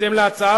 בהתאם להצעה,